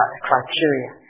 criteria